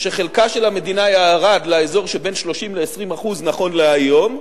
שחלקה של המדינה ירד לאזור שבין 30% ל-20% נכון להיום,